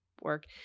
work